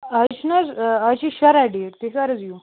آز چھُ نا حظ ٲں آز چھُ شُراہ ڈیٹ تُہۍ کَر حظ یِیو